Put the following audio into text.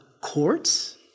courts